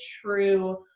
true